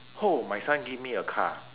oh my son give me a car